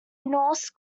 norse